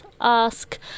ask